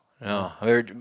no